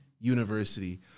university